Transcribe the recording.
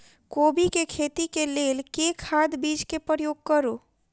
कोबी केँ खेती केँ लेल केँ खाद, बीज केँ प्रयोग करू?